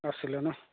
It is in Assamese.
আছিলে ন'